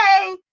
hey